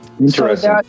interesting